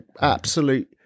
absolute